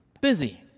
Busy